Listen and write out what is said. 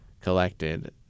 collected